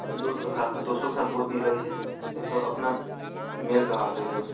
दोस्तके साथ दोस्तोके साथ बहुत नीक लगै छै लेकिन सभ अपना मेलके हेबाक चाही दोस्त